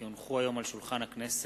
כי הונחו היום על שולחן הכנסת,